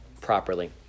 properly